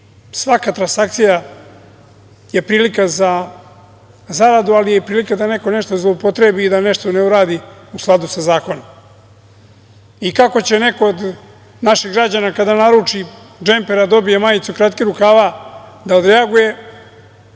svaka transakcija je prilika za zaradu, ali i prilika da neko nešto zloupotrebi i da nešto ne uradi u skladu sa zakonom. Kako će neko od naših građana kada naruči džemper, a dobije majicu kratkih rukava da odreaguje,